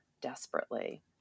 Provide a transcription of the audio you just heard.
desperately